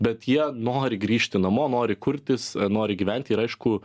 bet jie nori grįžti namo nori kurtis nori gyvent ir aišku